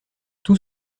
tout